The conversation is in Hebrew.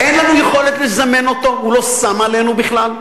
אין לנו יכולת לזמן אותו, הוא לא שם עלינו בכלל.